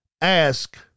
ask